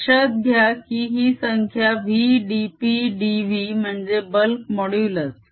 लक्षात घ्या की ही संख्या v dp dv म्हणजे बल्क मोडूलस आहे